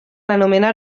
anomenar